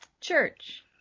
Church